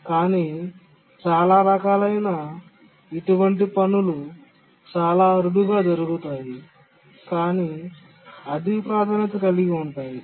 కానీ చాలా రకాలైన ఇటువంటి పనులు చాలా అరుదుగా జరుగుతాయి కాని అధిక ప్రాధాన్యత కలిగి ఉంటాయి